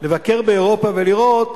לבקר באירופה ולראות,